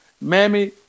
Mammy